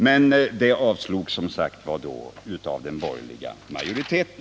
Men det förslaget avslogs som sagt av den borgerliga majoriteten.